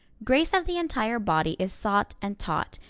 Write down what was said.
grace of the entire body is sought and taught,